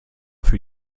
für